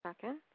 Second